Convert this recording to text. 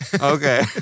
Okay